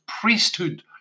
priesthood